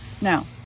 now